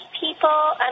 people